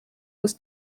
was